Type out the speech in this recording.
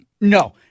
No